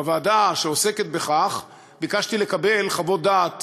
בוועדה שעוסקת בכך ביקשתי לקבל חוות דעת